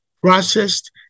processed